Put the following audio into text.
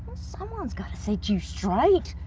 someone has got to set you straight.